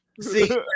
See